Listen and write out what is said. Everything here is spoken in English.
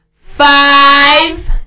five